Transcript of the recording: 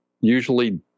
usually